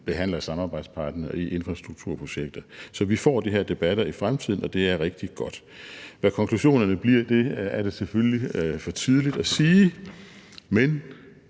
behandler samarbejdspartnere i infrastrukturprojekter. Så vi får de her debatter i fremtiden, og det er rigtig godt. Hvad konklusionerne bliver er selvfølgelig for tidligt at sige,